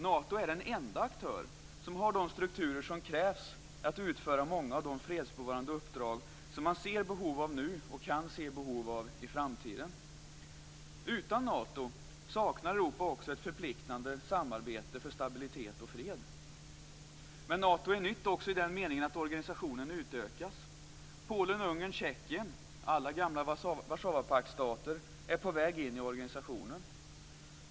Nato är den enda aktör som har de strukturer som krävs för att utföra många av de fredsbevarande uppdrag som man ser behov av nu och som man kan komma att se behov av i framtiden. Utan Nato saknar Europa också ett förpliktande samarbete för stabilitet och fred. Men Nato är nytt också i den meningen att organisationen utökas. Polen, Ungern och Tjeckien, alla gamla Warszawapaktsstater, är på väg in i organisationen.